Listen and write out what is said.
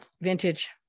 Vintage